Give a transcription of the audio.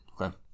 Okay